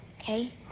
okay